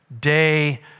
day